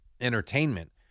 entertainment